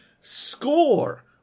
score